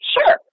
Sure